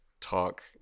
talk